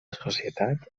societat